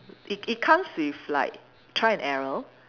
it it comes with like trial and error